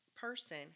person